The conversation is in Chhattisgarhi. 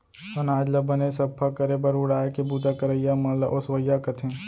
अनाज ल बने सफ्फा करे बर उड़ाय के बूता करइया मन ल ओसवइया कथें